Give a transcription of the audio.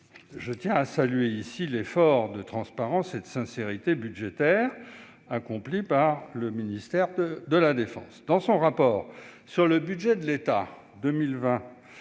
cet égard à saluer l'effort de transparence et de sincérité budgétaire accompli par le ministère des armées. Dans son rapport sur le budget de l'État en 2020,